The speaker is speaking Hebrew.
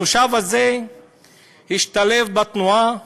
התושב הזה השתלב בתנועה